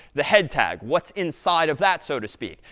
the head tag. what's inside of that, so to speak?